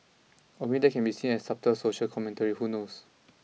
or maybe that can be seen as subtle social commentary who knows